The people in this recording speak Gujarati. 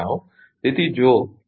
તેથી તે પછી હું તમને કંઈક વધુ કહીશ